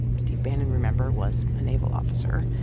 steve bannon, remember, was a naval officer.